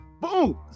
Boom